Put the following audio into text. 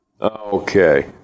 okay